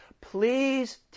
Please